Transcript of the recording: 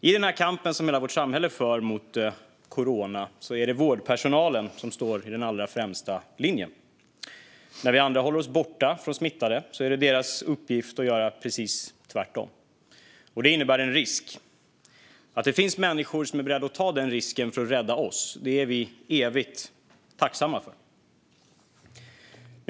I den kamp som hela vårt samhälle för mot corona är det vårdpersonalen som står i den allra främsta linjen. När vi andra håller oss borta från smittade är det deras uppgift att göra precis tvärtom. Detta innebär en risk. Att det finns människor som är beredda att ta denna risk för att rädda oss är vi evigt tacksamma för.